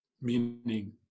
Meaning